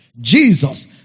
Jesus